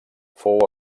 fou